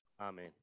Amen